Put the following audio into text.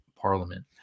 parliament